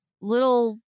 little